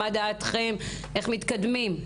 מה דעתכם ואיך מתקדמים.